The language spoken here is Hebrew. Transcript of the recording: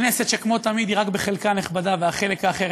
כנסת שכמו תמיד היא רק בחלקה נכבדה והחלק האחר,